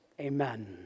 amen